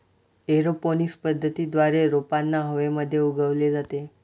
aeroponics पद्धतीद्वारे रोपांना हवेमध्ये उगवले जाते